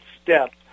step